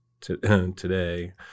today